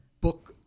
book